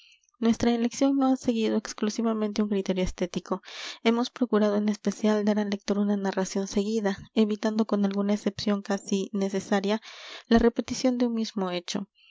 nuestra elección no ha seguido exclusivamente un criterio estético hemos procurado en especial dar al lector una narración seguida evitando con alguna excepción casi necesaria la repetición de un mismo hecho